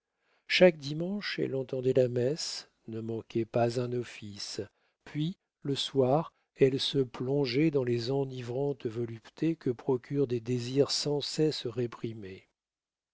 chaque dimanche elle entendait la messe ne manquait pas un office puis le soir elle se plongeait dans les enivrantes voluptés que procurent des désirs sans cesse réprimés